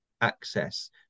access